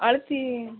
ಅಳ್ತೀನಿ